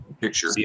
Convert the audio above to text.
picture